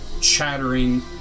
chattering